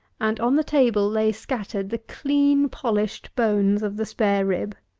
and on the table lay scattered the clean-polished bones of the spare-rib!